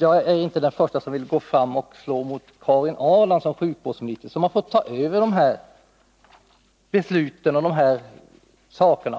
Jag är inte den första som vill gå fram och slå mot Karin Ahrland som sjukvårdsminister. Hon har fått ta över dessa beslut